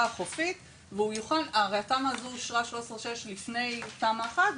החופית - הרי התמ"א הזו אושרה 6/13 לפני תמ"א1,